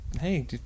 Hey